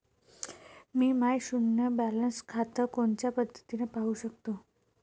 मी माय शुन्य बॅलन्स खातं कोनच्या पद्धतीनं पाहू शकतो?